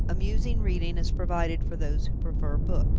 amusing reading is provided for those who prefer books.